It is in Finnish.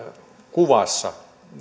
kuvassa